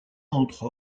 entre